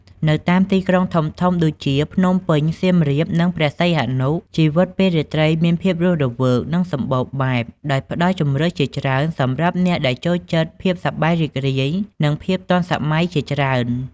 នៅតាមទីក្រុងធំៗដូចជា ភ្នំពេញ សៀមរាប និងព្រះសីហនុ ជីវិតពេលរាត្រីមានភាពរស់រវើក និងសម្បូរបែប ដោយផ្ដល់ជម្រើសជាច្រើនសម្រាប់អ្នកដែលចូលចិត្តភាពសប្បាយរីករាយ និងភាពទាន់សម័យជាច្រើន ។